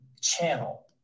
channel